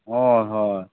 ᱦᱮᱸ ᱦᱮᱸ